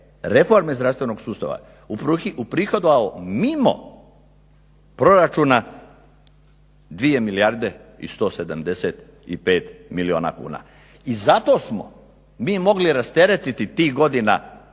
reforme zdravstvenog sustava uprihodovao je mimo proračuna 2 milijarde i 175 milijuna kuna i zato smo mi mogli rasteretiti tih godina